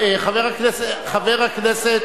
חבר הכנסת